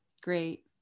Great